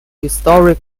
historic